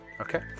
okay